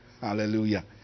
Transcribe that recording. Hallelujah